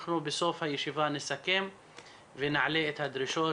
אנחנו נסכם בסוף הישיבה ונעלה את הדרישות